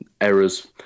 errors